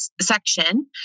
section